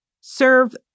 serve